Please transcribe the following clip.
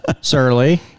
Surly